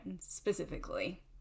specifically